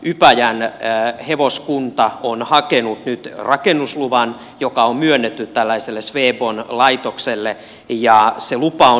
ypäjän hevoskunta on hakenut nyt rakennusluvan joka on myönnetty swebon laitokselle ja se lupa on ok